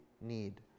need